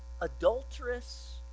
adulterous